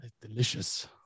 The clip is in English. delicious